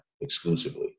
exclusively